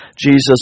Jesus